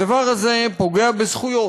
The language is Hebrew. הדבר הזה פוגע בזכויות.